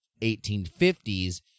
1850s